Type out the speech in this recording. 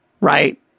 Right